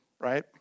right